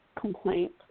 complaint